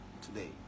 today